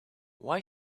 why